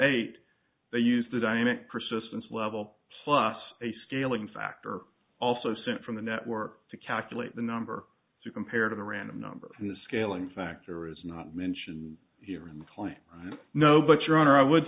eight they use the dynamic persistence level plus a scaling factor also sent from the network to calculate the number to compare to the random number in the scaling factor is not mentioned here in the plan no but your honor i would